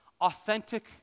authentic